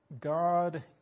God